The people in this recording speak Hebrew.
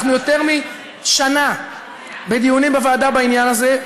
אנחנו יותר משנה בדיונים בוועדה בעניין הזה.